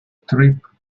trip